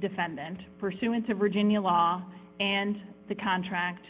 defendant pursuant to regina law and the contract